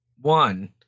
one